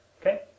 Okay